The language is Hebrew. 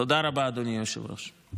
תודה רבה, אדוני היושב-ראש.